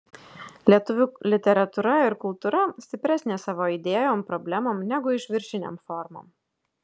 lietuvių literatūra ir kultūra stipresnė savo idėjom problemom negu išviršinėm formom